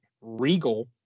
Regal